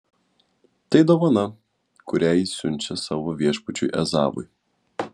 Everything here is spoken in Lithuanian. tai dovana kurią jis siunčia savo viešpačiui ezavui